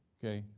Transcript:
okay?